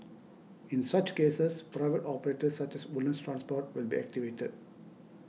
in such cases private operators such as Woodlands Transport will be activated